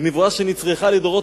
ו"נבואה שנצרכה לדורות,